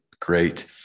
great